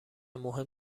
مهم